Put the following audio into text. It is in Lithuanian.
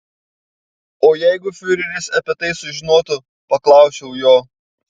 o jeigu fiureris apie tai sužinotų paklausiau jo